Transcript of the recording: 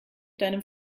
deinem